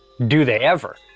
do they ever.